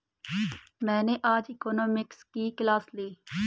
मैंने आज इकोनॉमिक्स की क्लास ली